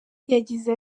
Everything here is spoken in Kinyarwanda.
yagize